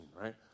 right